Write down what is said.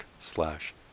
slash